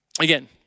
Again